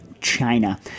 China